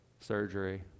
surgery